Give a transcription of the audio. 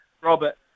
Robert